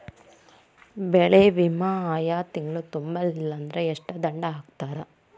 ಬೆಳೆ ವಿಮಾ ಆಯಾ ತಿಂಗ್ಳು ತುಂಬಲಿಲ್ಲಾಂದ್ರ ಎಷ್ಟ ದಂಡಾ ಹಾಕ್ತಾರ?